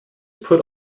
put